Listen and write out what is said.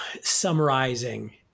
summarizing